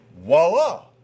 voila